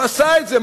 הוא עשה את זה,